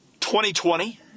2020